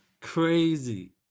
Crazy